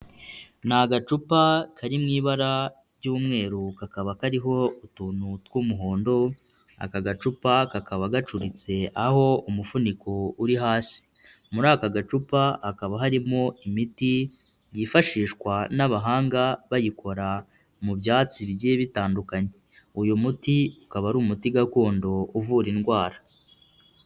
Ni agacupa kari mu ibara ry'umweru, kakaba kariho utuntu tw'umuhondo, aka gacupa kakaba gacuritse, aho umufuniko uri hasi. Muri aka gacupa hakaba harimo imiti, yifashishwa n'abahanga bayikora mu byatsi bigiye bitandukanye. Uyu muti ukaba ari umuti gakondo, uvura indwara.